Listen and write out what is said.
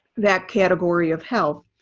that category of health.